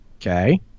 Okay